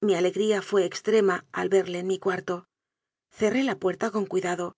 mi ale gría fué extrema al verle en mi cuarto cerré la puerta con cuidado